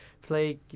play